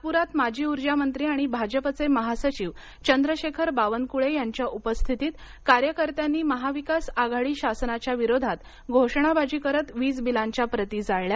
नागपुरात माजी ऊर्जामंत्री आणि भाजपचे महासचिव चंद्रशेखऱ बावनकुळे यांच्या उपस्थितीत कार्यकर्त्यांनी महाविकास आघाडी शासनाच्या विरोधात घोषणाबाजी करत वीजबिलांच्या प्रती जाळल्या